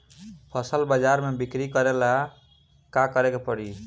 फसल बाजार मे बिक्री करेला का करेके परी?